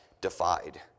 defied